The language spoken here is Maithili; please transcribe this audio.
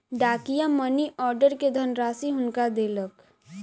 डाकिया मनी आर्डर के धनराशि हुनका देलक